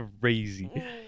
crazy